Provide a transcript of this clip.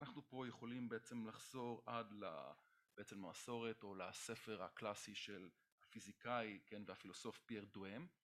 אנחנו פה יכולים בעצם לחזור עד ל... בעצם למסורת או לספר הקלאסי של הפיזיקאי, כן? והפילוסוף פייר דוהם